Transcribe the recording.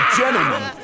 gentlemen